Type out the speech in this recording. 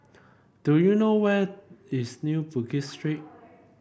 do you know where is New Bugis Street